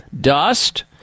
dust